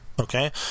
okay